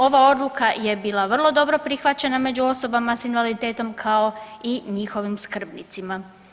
Ova odluka je bila vrlo dobro prihvaćena među osobama sa invaliditetom kao i njihovim skrbnicima.